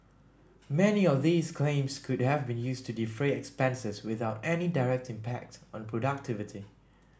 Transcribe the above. many of these claims could have been used to defray expenses without any direct impact on productivity